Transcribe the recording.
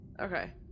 Okay